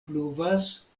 pluvas